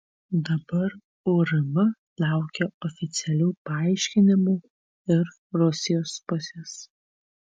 dabar urm laukia oficialių paaiškinimų ir rusijos pusės